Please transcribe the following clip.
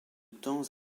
temps